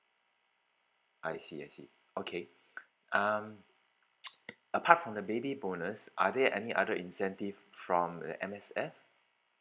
I see I see okay um apart from the baby bonus are there any other incentive from the M_S_F